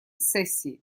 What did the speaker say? сессии